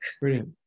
Brilliant